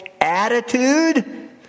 attitude